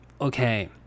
Okay